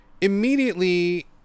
immediately